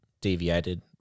deviated